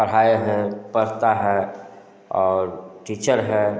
पढ़ाए हैं पढ़ता है और टीचर है